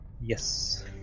Yes